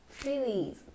please